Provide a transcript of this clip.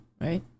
right